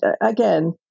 again